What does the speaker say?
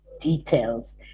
details